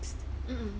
mm mm